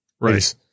Right